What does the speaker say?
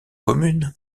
communes